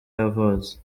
yavutse